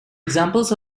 examples